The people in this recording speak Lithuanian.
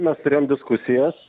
mes turėjom diskusijas